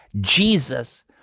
Jesus